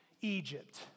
Egypt